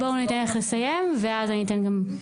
כן, בואי ניתן לך לסיים ואז אני אתן גם תגובות.